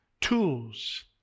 tools